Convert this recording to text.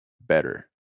better